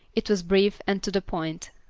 it was brief and to the point.